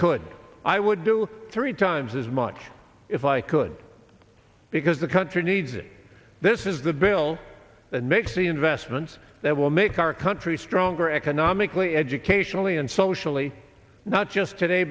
could i would do three times as much if i could because the country needs it this is the bill and make the investments that will make our country stronger economically educationally and socially not just today